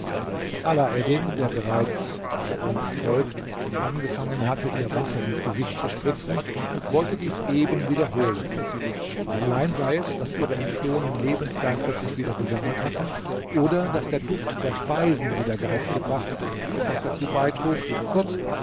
alaeddin der bereits aber ohne erfolg angefangen hatte ihr wasser ins gesicht zu spritzen wollte dies eben wiederholen allein sei es daß ihre entflohenen lebensgeister sich wieder gesammelt hatten oder daß der duft der speisen die der geist gebracht etwas dazu beitrug kurz